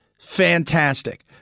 Fantastic